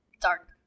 dark